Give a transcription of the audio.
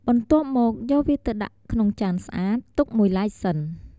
បន្ទាប់មក យកវាទៅដាក់ទុកក្នុងចានស្អាត ទុកមួយឡែកសិន។